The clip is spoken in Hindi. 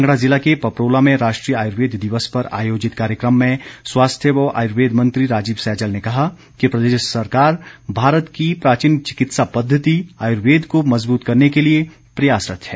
कांगड़ा ज़िला के पपरोला में राष्ट्रीय आयुर्वेद दिवस पर आयोजित कार्यक्रम में स्वास्थ्य व आयुर्वेद मंत्री राजीव सैजल ने कहा कि प्रदेश सरकार भारत की प्राचीन चिकित्सा पद्धति आयुर्वेद को मजबूत करने के लिए प्रयासरत है